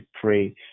pray